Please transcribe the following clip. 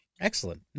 Excellent